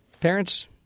Parents